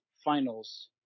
finals